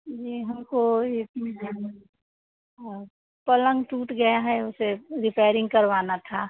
जी हमको इसमें पलंग टूट गया है उसे रिपेयरिंग करवाना था